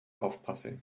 aufpasse